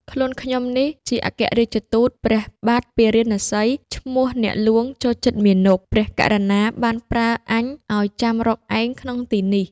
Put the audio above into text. ខ្លួនខ្ញុំនេះជាអគ្គរាជទូតព្រះបាទពារាណសី ឈ្មោះអ្នកហ្លួងចូលចិត្តមាណព។ ព្រះករុណាបានប្រើអញឲ្យចាំរកឯងក្នុងទីនេះ។